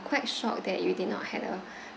quite shocked that you did not had a